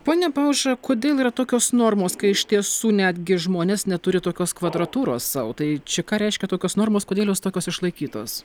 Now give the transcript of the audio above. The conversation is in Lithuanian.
pone pauža kodėl yra tokios normos kai iš tiesų netgi žmonės neturi tokios kvadratūros sau tai čia ką reiškia tokios normos kodėl jos tokios išlaikytos